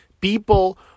People